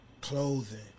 clothing